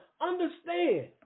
understand